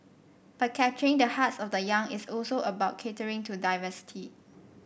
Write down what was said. but capturing the hearts of the young is also about catering to diversity